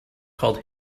called